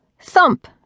thump